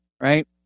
right